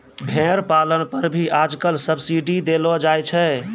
भेड़ पालन पर भी आजकल सब्सीडी देलो जाय छै